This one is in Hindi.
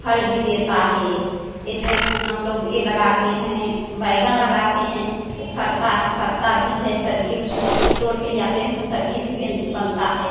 फल भी देता है ए जो हम लोग यह लगाते हैं बैंगन लगाते हैं ओ फरता है फरता भी है सब्जी उसको तोड़ कर लियाते हैं तो सब्ज़ी भी बिन बनता है